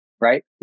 right